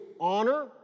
honor